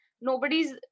nobody's